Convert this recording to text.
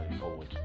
forward